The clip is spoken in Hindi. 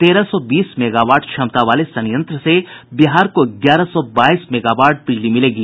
तेरह सौ बीस मेगावाट क्षमता वाले संयंत्र से बिहार को ग्यारह सौ बाईस मेगावाट बिजली मिलेगी